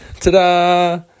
Ta-da